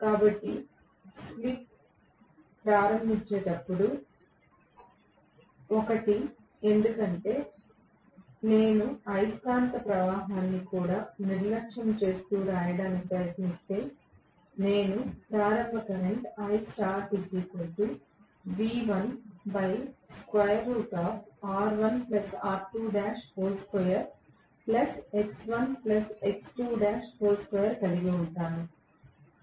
కాబట్టి ఫ్లిప్ ప్రారంభించేటప్పుడు 1 ఎందుకంటే స్లిప్ 1 ఎందుకంటే నేను అయస్కాంత ప్రవాహాన్ని కూడా నిర్లక్ష్యం చేస్తూ వ్రాయడానికి ప్రయత్నిస్తే నేను ప్రారంభ కరెంట్ కలిగి ఉంటాను